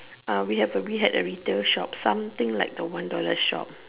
uh we have a we had a retail shop something like a one dollar shop